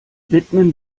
widmen